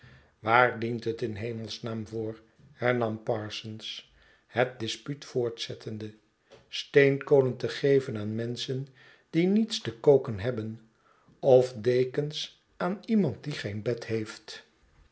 waar dient het in s hemels naam voor hernam parsons het dispuut voortzettende steenkolen te geven aan menschen die nietste koken hebben of dekens aan iemand die geen bed heeft